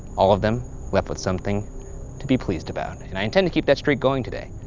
all of them left with something to be pleased about, and i intend to keep that streak going today.